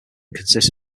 consists